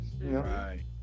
Right